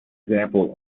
example